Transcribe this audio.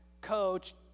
coach